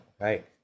right